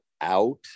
out